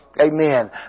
Amen